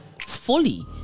fully